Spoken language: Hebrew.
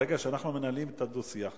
ברגע שאנחנו מנהלים את הדו-שיח,